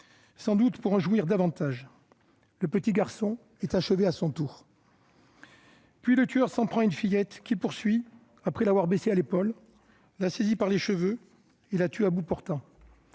sans doute pour en jouir davantage. Le petit garçon est achevé à son tour. Puis le tueur s'en prend à une fillette qu'il poursuit après l'avoir blessée à l'épaule ; il la saisit par les cheveux et la tue à bout portant.